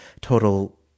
total